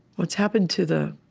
what's happened to the